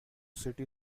city